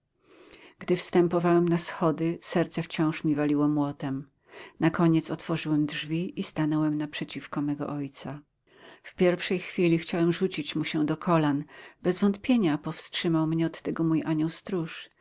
gdy wstępowałem na schody serce wciąż mi waliło miotem na koniec otworzyłem drzwi i stanąłem naprzeciwko mego ojca w pierwszej chwili chciałem rzucić mu się do kolan bez wątpienia powstrzymał mnie od tego mój anioł stróż